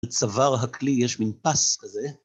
לצוואר הכלי יש מין פס כזה.